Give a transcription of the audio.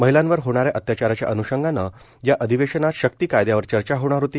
महिलांवर होणाऱ्या अत्याचाराच्या अन्षंगानं या अधिवेशनात शक्ती कायदयावर चर्चा होणार होती